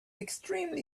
extremely